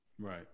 Right